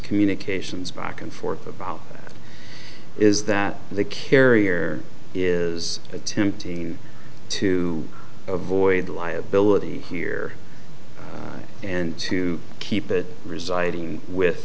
communications back and forth about is that the carrier is attempting to avoid liability here and to keep it residing with